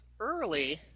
early